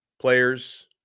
players